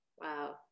Wow